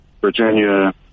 Virginia